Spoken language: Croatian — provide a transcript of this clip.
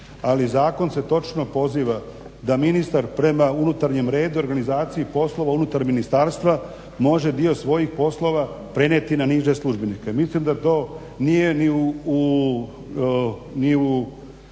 ali zakon se točno poziva da ministar prema unutarnjem redu i organizaciji poslova unutar ministarstva može dio svojih poslova prenijeti na niže službenike. Mislim da to nije ni u